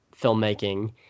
filmmaking